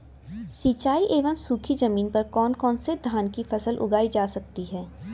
सिंचाई एवं सूखी जमीन पर कौन कौन से धान की फसल उगाई जा सकती है?